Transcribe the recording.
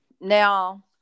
Now